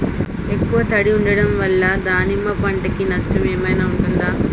ఎక్కువ తడి ఉండడం వల్ల దానిమ్మ పంట కి నష్టం ఏమైనా ఉంటుందా?